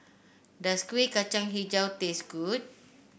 does Kuih Kacang hijau taste good